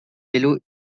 vélos